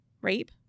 rape